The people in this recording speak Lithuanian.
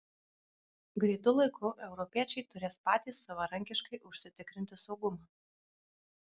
greitu laiku europiečiai turės patys savarankiškai užsitikrinti saugumą